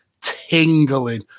tingling